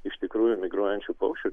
iš tikrųjų migruojančių paukščių